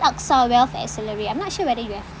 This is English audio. AXA wealth accelerate I'm not sure whether you have